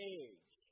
age